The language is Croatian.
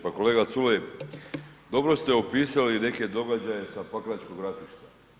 Pa kolega Culej dobro ste opisali neke događaje sa pakračkog ratišta.